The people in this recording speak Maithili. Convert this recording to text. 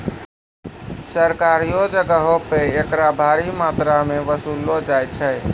सरकारियो जगहो पे एकरा भारी मात्रामे वसूललो जाय छै